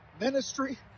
ministry